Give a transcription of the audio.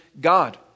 God